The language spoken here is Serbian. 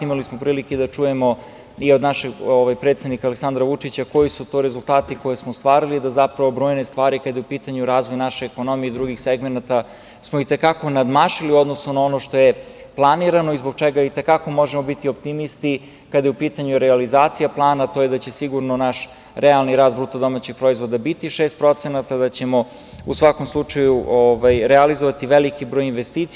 Imali smo prilike da čujemo i od našeg predsednika Aleksandra Vučića, koji su to rezultati koje smo ostvarili, da zapravo bojne stvari kada je u pitanju razvoj naše ekonomije i drugih segmenata, smo i te kako nadmašili u odnosu na ono što je planirano i zbog čega i te kako možemo biti optimisti kada je u pitanju realizacija plana, a to je da će sigurno naš realni rast BDP biti 6%, da ćemo u svakom slučaju realizovati veliki broj investicija.